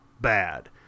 Bad